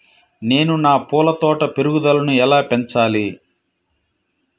నేను నా పూల తోట పెరుగుదలను ఎలా పెంచాలి?